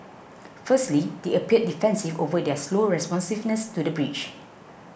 firstly they appeared defensive over their slow responsiveness to the breach